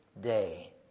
day